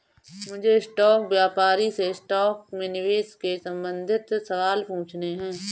मुझे स्टॉक व्यापारी से स्टॉक में निवेश के संबंधित सवाल पूछने है